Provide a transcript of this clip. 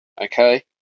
Okay